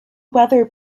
weather